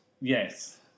Yes